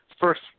first